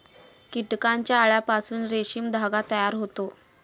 कीटकांच्या अळ्यांपासून रेशीम धागा तयार होतो